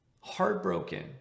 Heartbroken